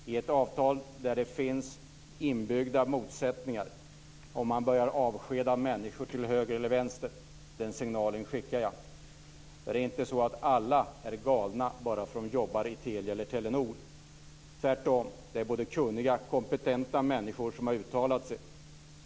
Det är ett avtal där det finns inbyggda motsättningar om man börjar avskeda människor till höger och vänster. Den signalen skickar jag. Det är inte så att alla är galna bara därför att de jobbar i Telia eller Telenor. Tvärtom är det både kunniga och kompetenta människor som har uttalat sig.